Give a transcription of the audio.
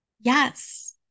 Yes